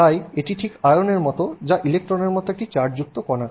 সুতরাং এটি ঠিক আয়নের মত যা ইলেকট্রনের মত একটি চার্জযুক্ত কণা